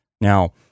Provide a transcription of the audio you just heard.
Now